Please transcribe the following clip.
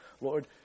Lord